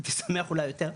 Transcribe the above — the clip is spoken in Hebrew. הייתי שמח אולי יותר,